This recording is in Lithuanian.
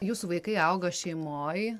jūsų vaikai auga šeimoj